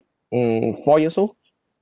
mm four years old